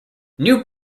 new